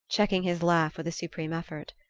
checking his laugh with a supreme effort.